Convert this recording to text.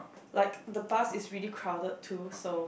like the bus is really crowded too so